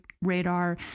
radar